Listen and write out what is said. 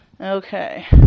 Okay